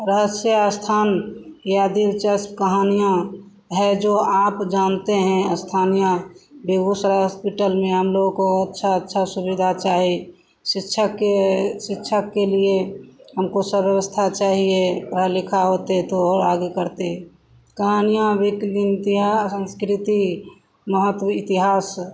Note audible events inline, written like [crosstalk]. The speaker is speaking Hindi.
रहस्यमय अस्थान के और दिलचस्प कहानियाँ हैं जो आप जानते हैं आप स्थानीय बेगूसराय हॉस्पिटल में हमलोगों को अच्छी अच्छी सुविधा चाहिए शिक्षा के शिक्षा के लिए हमको सब व्यवस्था चाहिए पढ़ा लिखा होते तो और आगे करते कहानियाँ [unintelligible] सँस्कृति वहाँ कोई इतिहास है